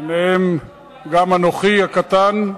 ביניהם גם אנוכי הקטן,